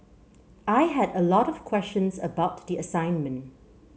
I had a lot of questions about the assignment